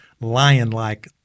lion-like